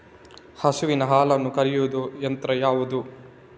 ಹಸುವಿನ ಹಾಲನ್ನು ಕರೆಯುವ ಯಂತ್ರ ಯಾವುದು?